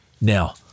Now